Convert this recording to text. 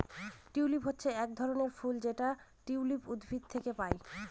tulip হচ্ছে এক ধরনের ফুল যেটা টিউলিপ উদ্ভিদ থেকে পায়